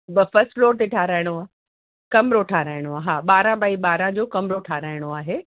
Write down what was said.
ब first floor ते ठहाराइणो आहे कमिरो ठहाराइणो आहे हा ॿारहं बाए ॿाराहं जो कमिरो ठहाराइणो आहे